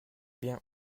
bien